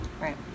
right